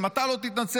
אם אתה לא תתנצל,